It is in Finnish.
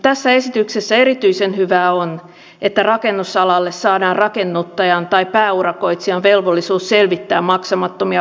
tässä esityksessä erityisen hyvää on että rakennusalalle saadaan rakennuttajan tai pääurakoitsijan velvollisuus selvittää maksamattomia palkkoja